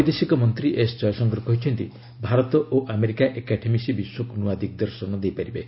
ବୈଦେଶିକ ମନ୍ତ୍ରୀ ଏସ୍ ଜୟଶଙ୍କର କହିଛନ୍ତି ଭାରତ ଓ ଆମେରିକା ଏକାଠି ମିଶି ବିଶ୍ୱକୁ ନୂଆ ଦିଗ୍ଦର୍ଶନ ଦେଇପାରିବେ